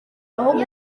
aho